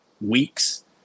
weeks